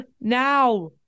now